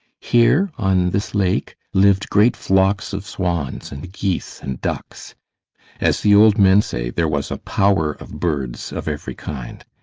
here on this lake, lived great flocks of swans and geese and ducks as the old men say, there was a power of birds of every kind.